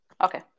Okay